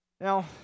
Now